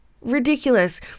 ridiculous